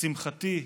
לשמחתי,